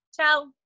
ciao